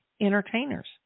entertainers